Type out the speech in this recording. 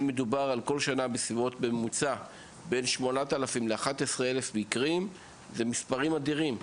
אם מדובר על כל שנה ממוצע של 8,000 11,000 מקרים אלו מספרים אדירים.